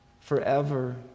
forever